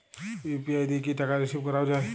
UPI দিয়ে কি টাকা রিসিভ করাও য়ায়?